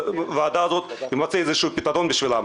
שבוועדה הזאת יימצא איזשהו פתרון בשבילם.